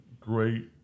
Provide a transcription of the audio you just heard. great